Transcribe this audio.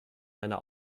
meiner